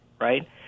right